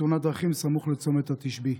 בתאונת דרכים סמוך לצומת התשבי.